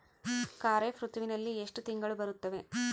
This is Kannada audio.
ಖಾರೇಫ್ ಋತುವಿನಲ್ಲಿ ಎಷ್ಟು ತಿಂಗಳು ಬರುತ್ತವೆ?